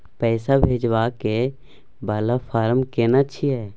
पैसा भेजबाक वाला फारम केना छिए?